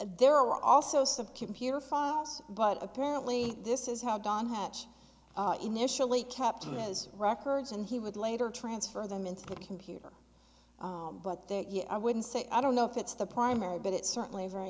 there are also some computer files but apparently this is how don hatch initially captain as records and he would later transfer them into the computer but that you know i would say i don't know if it's the primary but it's certainly a very